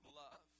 love